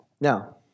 Now